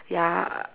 ya